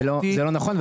זה לא נכון,